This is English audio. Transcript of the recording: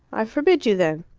i forbid you, then!